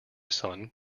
son